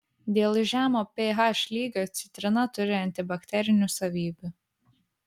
dėl žemo ph lygio citrina turi antibakterinių savybių